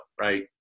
right